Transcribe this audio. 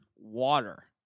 water